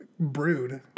Brood